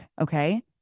okay